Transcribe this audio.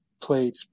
played